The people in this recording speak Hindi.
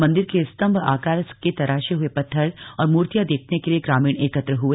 मंदिर के स्तंभ आकार के तराशे हुए पत्थर और मूर्तियां देखने के लिए ग्रामीण एकत्र हुए